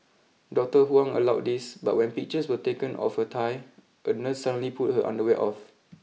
Doctor Huang allowed this but when pictures were taken of her thigh a nurse suddenly pulled her underwear off